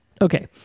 Okay